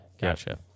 Gotcha